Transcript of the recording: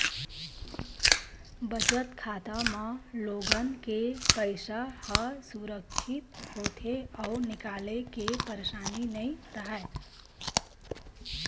बचत खाता म लोगन के पइसा ह सुरक्छित होथे अउ निकाले के परसानी नइ राहय